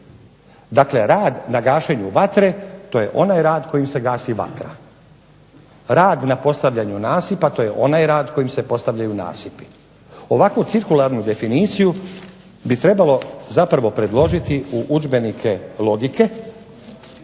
Dakle, rad na gašenju vatre to je onaj rad kojim se gasi vatra. Rad na postavljanju nasipa to je onaj rad kojim se postavljaju nasipi. Ovakvu cirkularnu definiciju bi trebalo zapravo predložiti u udžbenike logike